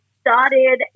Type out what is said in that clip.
started